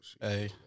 Hey